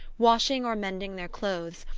washing or mending their clothes,